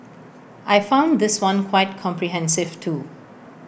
I found this one quite comprehensive too